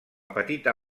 petita